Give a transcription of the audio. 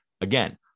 again